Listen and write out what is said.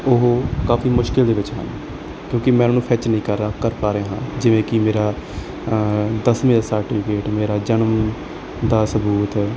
ਉਹ ਕਾਫੀ ਮੁਸ਼ਕਿਲ ਦੇ ਵਿੱਚ ਹਨ ਕਿਉਂਕਿ ਮੈਂ ਉਹਨਾਂ ਨੂੰ ਫਿਚ ਨਹੀਂ ਕਰ ਰਿਹਾ ਕਰ ਪਾ ਰਿਹਾ ਜਿਵੇਂ ਕਿ ਮੇਰਾ ਦਸਵੀਂ ਦਾ ਸਰਟਵਕੇਟ ਮੇਰਾ ਜਨਮ ਦਾ ਸਬੂਤ